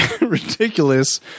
ridiculous